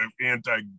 anti